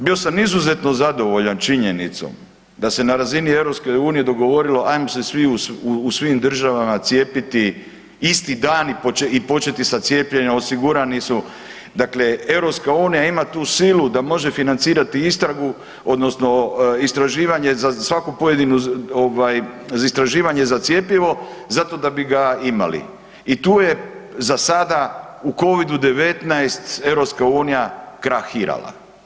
Bio sam izuzetno zadovoljan činjenicom da se na razini EU dogovorilo ajmo se svi u svim državama cijepiti isti dan i početi sa cijepljenjem, osigurani su, dakle EU ima tu silu da može financirati istragu odnosno istraživanje za svaku pojedinu ovaj za istraživanje za cjepivo zato da bi ga imali i tu je za sada u Covid-19 EU krahirala.